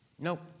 Nope